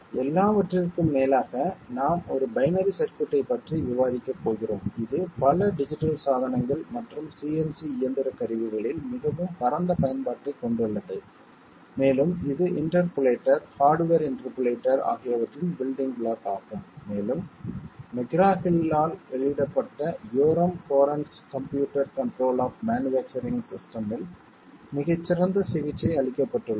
எல்லாவற்றிற்கும் மேலாக நாம் ஒரு பைனரி சர்க்யூட்டைப் பற்றி விவாதிக்கப் போகிறோம் இது பல டிஜிட்டல் சாதனங்கள் மற்றும் CNC இயந்திர கருவிகளில் மிகவும் பரந்த பயன்பாட்டைக் கொண்டுள்ளது மேலும் இது இண்டர்போலேட்டர் ஹார்டுவேர் இன்டர்போலேட்டர் ஆகியவற்றின் பில்டிங் பிளாக் ஆகும் மேலும் மெக்ரா ஹில் ஆல் வெளியிடப்பட்ட Yoram Koren computer control of manufacturing system இல் மிகச் சிறந்த சிகிச்சை அளிக்கப்பட்டுள்ளது